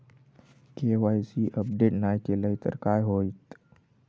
KYC update नाय केलय तर काय होईत?